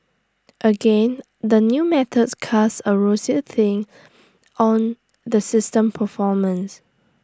again the new method casts A rosier tint on the system's performance